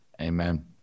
Amen